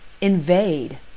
invade